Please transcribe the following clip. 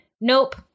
nope